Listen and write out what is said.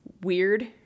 weird